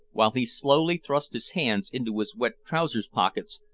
while he slowly thrust his hands into his wet trouser-pockets,